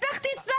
הצלחתי הצלחתי,